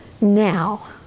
Now